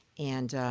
and.